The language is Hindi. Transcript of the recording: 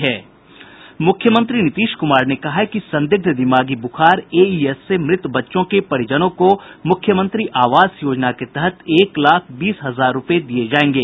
मुख्यमंत्री नीतीश कुमार ने कहा है कि संदिग्ध दिमागी बुखार एईएस से मृत बच्चों के परिजनों को मुख्यमंत्री आवास योजना के तहत एक लाख बीस हजार रूपये दिये जायेंगे